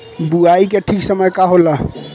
बुआई के ठीक समय का होला?